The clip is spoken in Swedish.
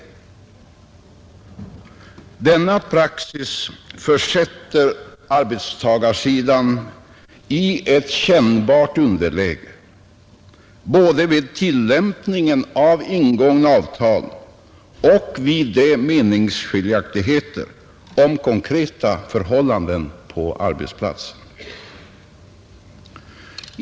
Denna praxis försätter arbetstagarsidan i ett kännbart underläge, både vid tillämpningen av ingångna avtal och vid meningsskiljaktigheter om konkreta förhållanden på arbetsplatsen.